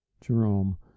Jerome